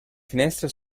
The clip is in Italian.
finestre